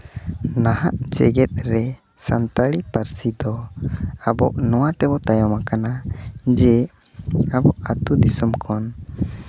ᱱᱟᱦᱟᱜ ᱡᱮᱜᱮᱛ ᱨᱮ ᱥᱟᱱᱛᱟᱲᱤ ᱯᱟᱹᱨᱥᱤ ᱫᱚ ᱟᱵᱚ ᱱᱚᱣᱟ ᱛᱮᱵᱚ ᱛᱟᱭᱚᱢᱟᱠᱟᱱᱟ ᱡᱮ ᱟᱵᱚ ᱟᱛᱳ ᱫᱤᱥᱚᱢ ᱠᱷᱚᱱ